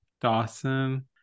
Dawson